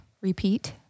repeat